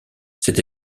cette